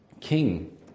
King